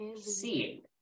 seeing